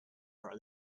are